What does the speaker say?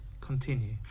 Continue